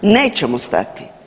Nećemo stati.